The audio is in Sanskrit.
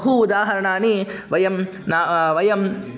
बहु उदाहरणानि वयं न वयम्